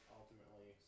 ultimately